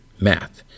math